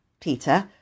Peter